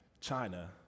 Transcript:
China